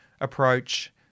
Approach